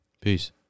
peace